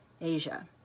Asia